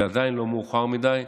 ועדיין לא מאוחר מדי,